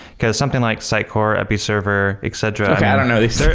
because something like psycore episerver, etc. okay. i don't know these things.